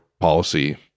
policy